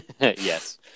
Yes